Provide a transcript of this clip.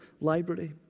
library